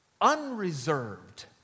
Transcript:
Unreserved